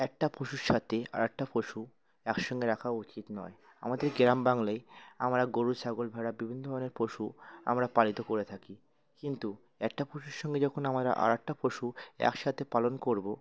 একটা পশুর সাথে আরেকটা পশু একসঙ্গে রাখা উচিত নয় আমাদের গ্রাম বাংলায় আমরা গরু ছাগল ভেড়া বিভিন্ন ধরনের পশু আমরা পালন করে থাকি কিন্তু একটা পশুর সঙ্গে যখন আমরা আরকটা পশু একসাথে পালন করবো